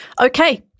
okay